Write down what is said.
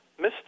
Mr